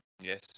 Yes